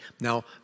Now